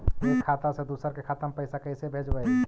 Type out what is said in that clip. एक खाता से दुसर के खाता में पैसा कैसे भेजबइ?